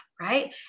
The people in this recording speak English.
right